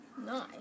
Nice